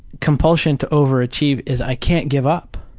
compulsion to overachieve is i can't give up.